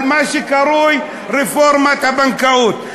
על מה שקרוי רפורמת הבנקאות.